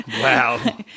Wow